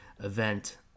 event